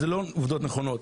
זה לא עובדות נכונות.